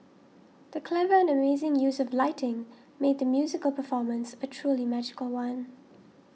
the clever and amazing use of lighting made the musical performance a truly magical one